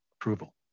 approval